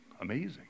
amazing